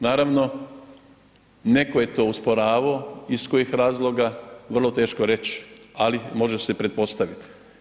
Naravno netko je to usporavao, iz kojih razloga vrlo teško reći, ali može se pretpostaviti.